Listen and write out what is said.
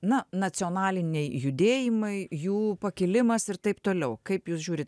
na nacionaliniai judėjimai jų pakilimas ir taip toliau kaip jūs žiūrit